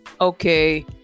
okay